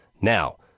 Now